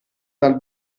dal